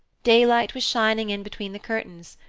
daylight was shining in between the curtains,